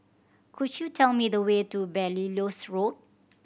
could you tell me the way to Belilios Road